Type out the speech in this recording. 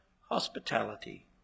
hospitality